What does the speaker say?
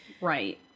Right